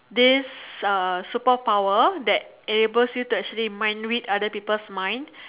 this uh superpower that enables you to actually mind read other people's mind